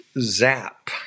zap